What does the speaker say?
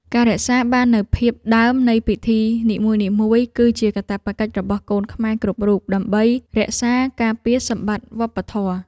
ការរក្សាបាននូវភាពដើមនៃពិធីនីមួយៗ គឺជាកាតព្វកិច្ចរបស់កូនខ្មែរគ្រប់រូបដើម្បីរក្សាការពារសម្បត្តិវប្បធម៌។